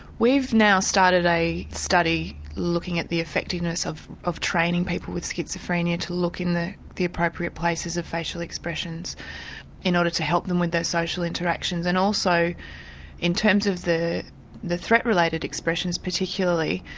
we've now started a study looking at the effectiveness of of training people with schizophrenia to look in the the appropriate places of facial expressions in order to help them with their social interactions. and also in terms of the the threat-related expressions particularly,